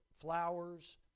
flowers